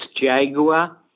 Jaguar